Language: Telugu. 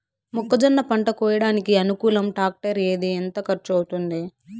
మొక్కజొన్న పంట కోయడానికి అనుకూలం టాక్టర్ ఏది? ఎంత ఖర్చు అవుతుంది?